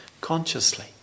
consciously